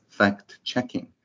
fact-checking